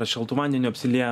ar šaltu vandeniu apsilieja